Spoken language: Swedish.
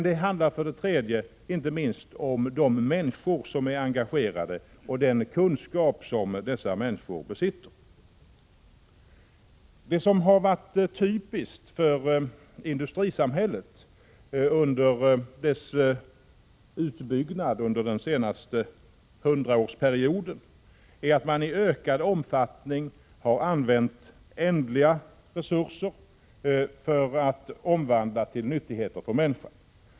Det handlar för det tredje inte minst om de människor som är engagerade och den kunskap som dessa människor besitter. Det har varit typiskt för industrisamhället under dess utbyggnad under den senaste hundraårsperioden att man i ökad omfattning har använt ändliga resurser och omvandlat dem till nyttigheter för människan.